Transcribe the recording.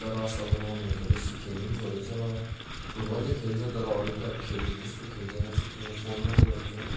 तर आजकलको नानीहरू त बेसी खेल्नु पनि छोडेको छ फुटबल त खेल्छ तर अरू चाहिँ अब खेलहरू त्यस्तो खेल्दैन छुट्टीमा फोन मात्रै भन्छ